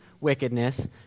wickedness